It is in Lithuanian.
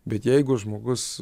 bet jeigu žmogus